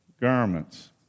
garments